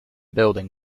building